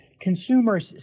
consumers